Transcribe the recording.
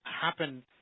happen